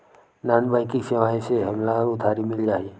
Non banking सेवाएं से हमला उधारी मिल जाहि?